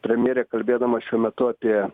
premjerė kalbėdama šiuo metu apie